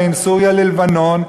בין סוריה ללבנון,